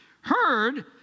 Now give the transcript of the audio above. heard